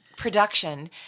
production